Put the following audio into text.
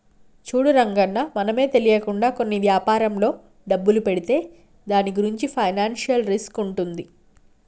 చూడు రంగన్న మనమే తెలియకుండా కొన్ని వ్యాపారంలో డబ్బులు పెడితే దాని గురించి ఫైనాన్షియల్ రిస్క్ ఉంటుంది